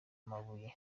mabuye